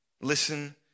listen